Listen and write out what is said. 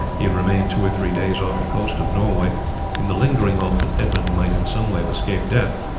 he had remained two or three days off the coast of norway in the lingering hope that edmund might in some way have escaped death,